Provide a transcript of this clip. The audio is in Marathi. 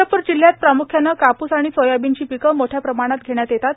चंद्रपुर जिल्ह्यात प्रामुख्याने कापुस आणि सोयाबीनची पिके मोठया प्रमाणात घेण्यात येतात